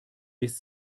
biss